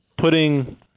putting